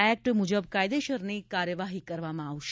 act મુજબ કાયદેસરની કાર્યવાહી કરવામાં આવશે